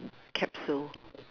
capsule